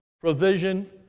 provision